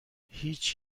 هیچ